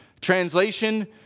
Translation